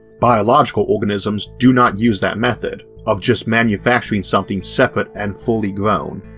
biological organisms do not use that method, of just manufacturing something separate and fully-grown,